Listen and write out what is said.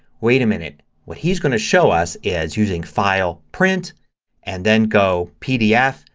wait a minute. what he's going to show us is using file, print and then go pdf,